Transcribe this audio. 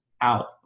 out